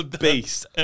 beast